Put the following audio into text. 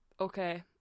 okay